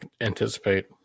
anticipate